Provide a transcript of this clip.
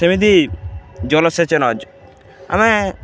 ସେମିତି ଜଳସେଚନ ଆମେ